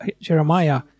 Jeremiah